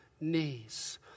knees